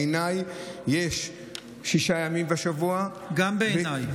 בעיניי יש שישה ימים בשבוע, גם בעיניי.